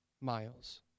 miles